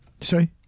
Sorry